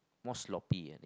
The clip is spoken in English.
more sloppy ah I think